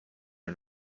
and